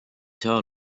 saa